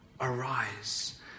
arise